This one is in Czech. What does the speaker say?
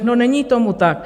No, není tomu tak.